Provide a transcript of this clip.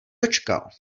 dočkal